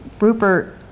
Rupert